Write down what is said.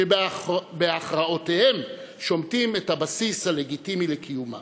שבהכרעותיהם שומטים את הבסיס הלגיטימי לקיומם.